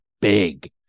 big